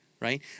right